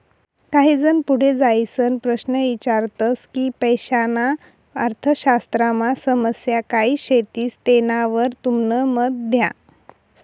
काही जन पुढे जाईसन प्रश्न ईचारतस की पैसाना अर्थशास्त्रमा समस्या काय शेतीस तेनावर तुमनं मत द्या